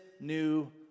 new